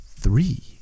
three